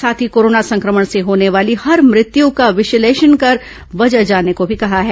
साथ ही कोरोना संक्रमण से होने वाली हर मृत्य का विश्लेषण कर वजह जानने को भी कहा है